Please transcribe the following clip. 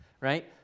right